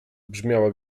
brzmiała